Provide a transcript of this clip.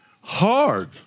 hard